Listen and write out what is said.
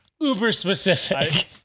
uber-specific